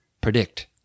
predict